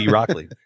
Rockley